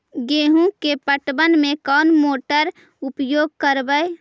गेंहू के पटवन में कौन मोटर उपयोग करवय?